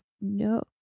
No